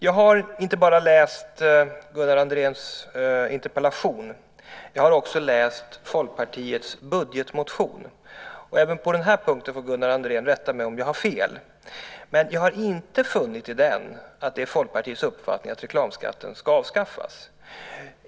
Jag har inte bara läst Gunnar Andréns interpellation utan jag har också läst Folkpartiets budgetmotion. Även på den här punkten får Gunnar Andrén rätta mig om jag har fel, men jag har inte funnit i motionen att det är Folkpartiets uppfattning att reklamskatten ska avskaffas.